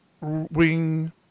wing